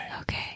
Okay